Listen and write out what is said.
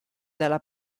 dalla